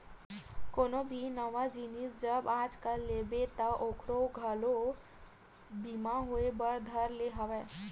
कोनो भी नवा जिनिस जब आजकल लेबे ता ओखरो घलो बीमा होय बर धर ले हवय